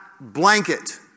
blanket